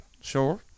Sure